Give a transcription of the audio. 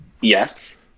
yes